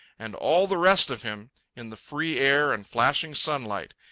and all the rest of him in the free air and flashing sunlight,